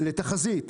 לתחזית.